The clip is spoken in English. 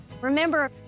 Remember